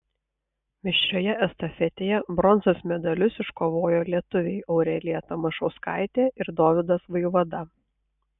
mišrioje estafetėje bronzos medalius iškovojo lietuviai aurelija tamašauskaitė ir dovydas vaivada